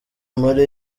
muri